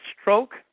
stroke